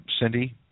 Cindy